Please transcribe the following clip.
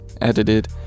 edited